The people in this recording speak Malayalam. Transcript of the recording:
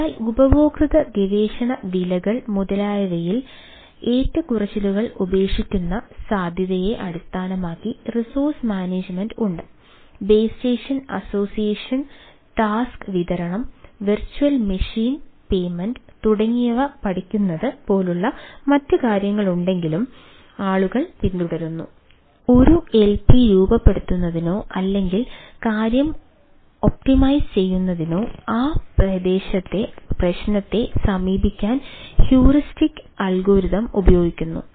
അതിനാൽ ഉപഭോക്തൃ ഗവേഷണ വിലകൾ മുതലായവയിൽ ഏറ്റക്കുറച്ചിലുകൾ ഉപേക്ഷിക്കുന്ന സാധ്യതയെ അടിസ്ഥാനമാക്കി റിസോഴ്സ് മാനേജ്മെൻറ് പ്രയോഗിക്കുക